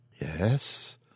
yes